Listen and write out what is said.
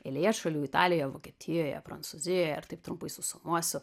eilėje šalių italija vokietijoje prancūzijoje ir taip trumpai susumuosiu